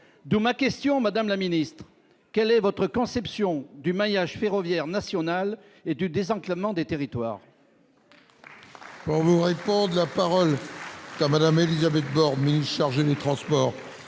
d'où ma question, madame la Ministre, quelle est votre conception du maillage ferroviaire national et de désenclavement des territoires. Alors vous répondent : la parole quand Madame Élisabeth dormi chargé du transport